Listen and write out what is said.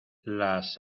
las